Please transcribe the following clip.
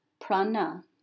prana